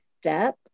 step